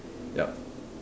yup